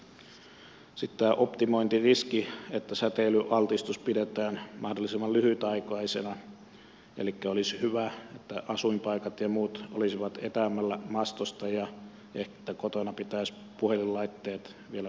sitten on tämä optimointiriski että säteilyaltistus pidetään mahdollisimman lyhytaikaisena elikkä olisi hyvä että asuinpaikat ja muut olisivat etäämmällä mastosta ja että kotona pitäisi puhelinlaitteet vielä vähän kauempana